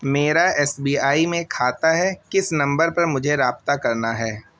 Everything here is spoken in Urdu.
میرا ایس بی آئی میں کھاتہ ہے کس نمبر پر مجھے رابطہ کرنا ہے